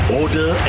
order